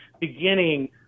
beginning